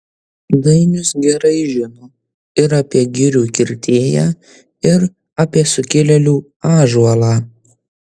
dainius gerai žino ir apie girių kirtėją ir apie sukilėlių ąžuolą